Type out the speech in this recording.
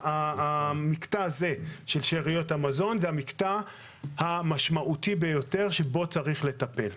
המקטע הזה של שאריות המזון זה המקטע המשמעותי ביותר שבו צריך לטפל.